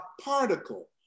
particle